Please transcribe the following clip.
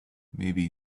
maybe